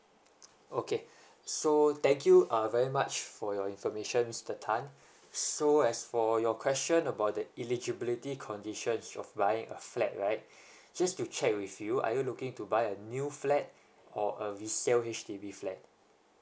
okay so thank you uh very much for your information mister tan so as for your question about the eligibility conditions of buying a flat right just to check with you are you looking to buy a new flat or a resale H_D_B flat